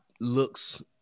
Looks